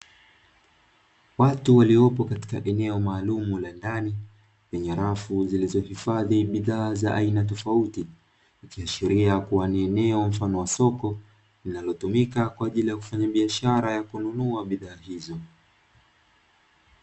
Watu waliopo katika eneo maalumu la ndani, lenye rafu zilizohifadhi bidhaa za aina tofauti. Ikiashiria kuwa ni eneo mfano wa soko linalotumika kwa ajili ya kufanya biashara hizo.